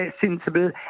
sensible